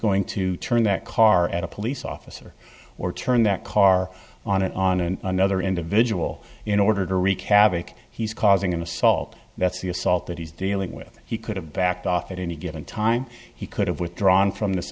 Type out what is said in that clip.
going to turn that car at a police officer or turn that car on and on and another individual in order to wreak havoc he's causing an assault that's the assault that he's dealing with he could have backed off at any given time he could have withdrawn